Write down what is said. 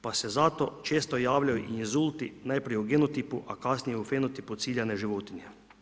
Pa se zato često javljaju i inzulti, najprije o genotipu, a kasnije i fenotipu ciljane životinje.